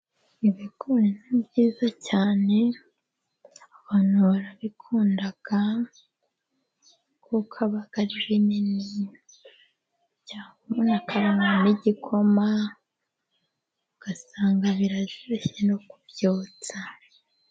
Ibigori ni byiza cyane abantu barabikunda, kuko aba ari binini cyangwa umuntu akabinywamo igikoma, ugasanga biraryoshye no kubyotsa.